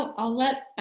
ah i'll let